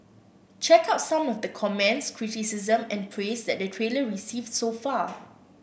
check out some of the comments criticism and praise that the trailer received so far